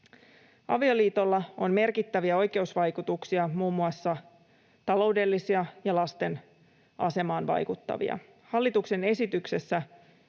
Avioliitolla on merkittäviä oikeusvaikutuksia, muun muassa taloudellisia ja lasten asemaan vaikuttavia. Hallituksen esityksessä